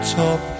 top